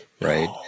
right